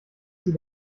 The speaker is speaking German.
sie